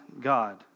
God